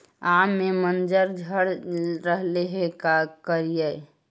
आम के मंजर झड़ रहले हे का करियै?